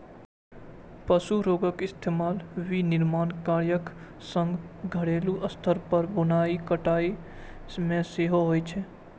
पशु रेशाक इस्तेमाल विनिर्माण कार्यक संग घरेलू स्तर पर बुनाइ कताइ मे सेहो होइ छै